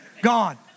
Gone